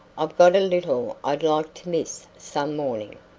i've got a little i'd like to miss some morning.